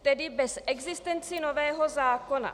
Tedy bez existence nového zákona.